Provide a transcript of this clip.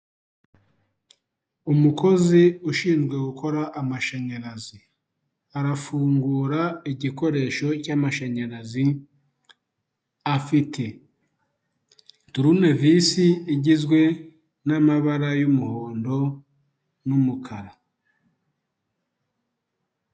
Umukozi ushinzwe gukora amashanyarazi. Arafungura igikoresho cy'amashanyarazi , afite turunevisi igizwe n'amabara y'umuhondo n'umukara.